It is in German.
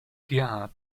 gerhard